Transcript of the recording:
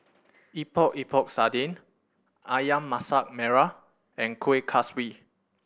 Epok Epok Sardin Ayam Masak Merah and Kuih Kaswi